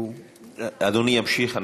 אדוני ימשיך.